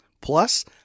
Plus